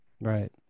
Right